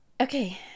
okay